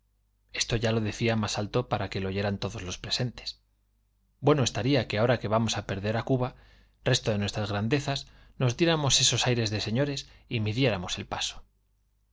esto ya lo decía más alto para que lo oyeran todos los presentes bueno estaría que ahora que vamos a perder a cuba resto de nuestras grandezas nos diéramos esos aires de señores y midiéramos el paso